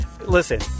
Listen